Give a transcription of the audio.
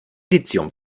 lithium